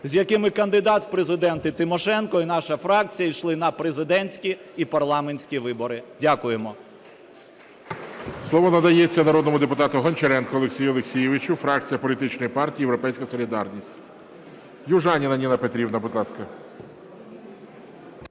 з якими кандидат в президенти Тимошенко і наша фракція йшли на президентські і парламентські вибори. Дякуємо. ГОЛОВУЮЧИЙ. Слово надається народному депутату Гончаренку Олексію Олексійовичу, фракція політичної партії "Європейська солідарність". Южаніна Ніна Петрівна, будь ласка.